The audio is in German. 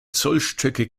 zollstöcke